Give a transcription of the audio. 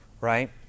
right